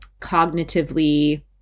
cognitively